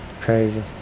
Crazy